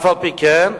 אף-על-פי-כן,